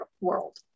world